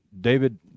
David